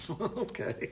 Okay